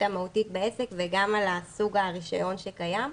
המהותית בעסק וגם על סוג הרישיון שקיים.